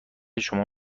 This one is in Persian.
شما